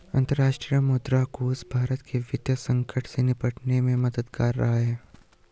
अंतर्राष्ट्रीय मुद्रा कोष भारत के वित्तीय संकट से निपटने में मददगार रहा है